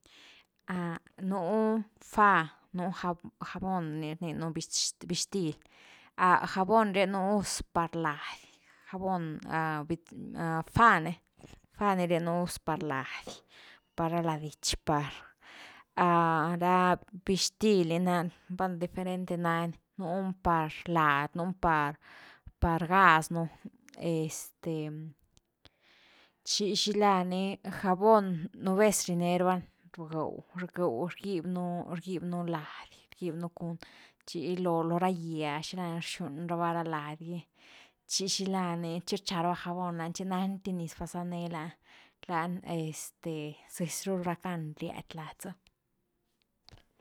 Nú fá nú jab, jabon ni rninu bitxtil, jabon rieñnu gus par lady, jabon, fá ni-fá ni rieñnú gus par lady par ra ladich par, ra bixtil ni nan, bal diferente nani nun par lady nun par, par gás nu este chi xila ni jabón nú vez rienera’va ni rú gëw-rú gëw rgib nú lady, rgib nú chi lo ra gye ah xilani rxun ra’va ra lady gy chi xilani chi rcha rava jabón loni, chi nandi niz vazane lani este zëzy ru rackan riad lady zëh.